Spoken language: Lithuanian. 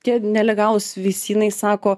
tie nelegalūs veisynai sako